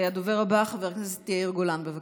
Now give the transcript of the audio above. הדובר הבא, חבר הכנסת יאיר גולן, בבקשה.